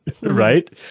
Right